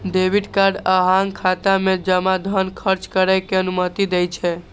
debit card अहांक खाता मे जमा धन खर्च करै के अनुमति दै छै